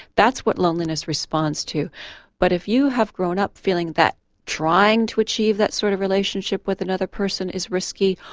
that's what loneliness responds to but if you have grown up feeling that trying to achieve that sort of relationship with another person is risky,